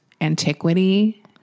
antiquity